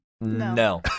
No